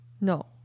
no